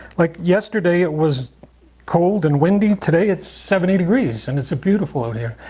like yesterday, it was cold and windy. today it's seventy degrees. and it's a beautiful over here.